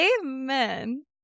amen